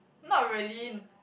not really